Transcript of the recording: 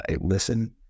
listen